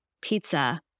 pizza